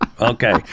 Okay